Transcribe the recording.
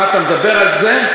מה, אתה מדבר על זה?